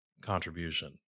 contribution